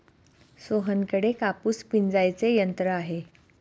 सोहनकडे कापूस पिंजायचे यंत्र आहे